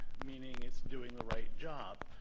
meaning it's doing the right job.